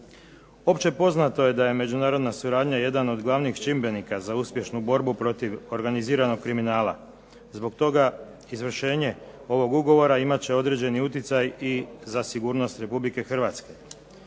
Općepoznato je da je međunarodna suradnja jedan od glavnih čimbenika za uspješnu borbu protiv organiziranog kriminala. Zbog toga izvršenje ovog ugovora imat će određeni utjecaj i za sigurnost Republike Hrvatske.